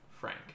frank